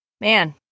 Man